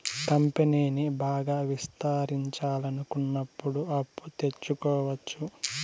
కంపెనీని బాగా విస్తరించాలనుకున్నప్పుడు అప్పు తెచ్చుకోవచ్చు